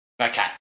Okay